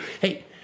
Hey